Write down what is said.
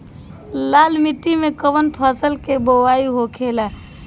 लाल मिट्टी में कौन फसल के बोवाई होखेला?